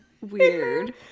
Weird